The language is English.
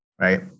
right